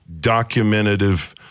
documentative